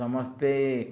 ସମସ୍ତେ